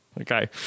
Okay